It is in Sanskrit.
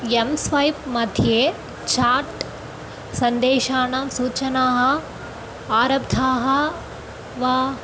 एम् स्वैप् मध्ये छाट् सन्देशानां सूचनाः आरब्धाः वा